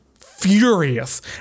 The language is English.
furious